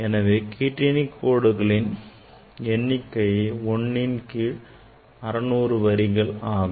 எனவே கீற்றணி கோடுகளின் எண்ணிக்கை 1ன் கீழ் 600 வரிகள் ஆகும்